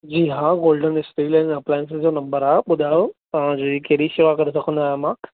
जी हा golden steel and appliances जो number आहे ॿुधायो तव्हांजी कहिड़ी शेवा करे सघंदो आहियां मां